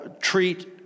treat